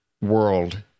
world